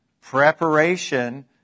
Preparation